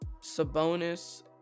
Sabonis